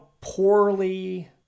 poorly